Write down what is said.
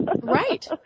Right